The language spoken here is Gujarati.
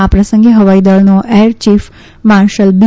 આ પ્રસંગે હવાઇદળના એર ચીફ માર્શલ બી